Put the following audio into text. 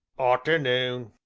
arternoon!